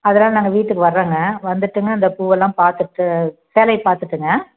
அதெலாம் நாங்கள் வீட்டுக்கு வரறோங்க வந்துவிட்டுங்க அந்த பூவெல்லாம் பார்த்துட்டு சேலையை பார்த்துட்டுங்க